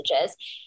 messages